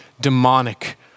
demonic